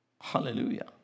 Hallelujah